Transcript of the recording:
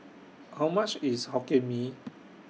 How much IS Hokkien Mee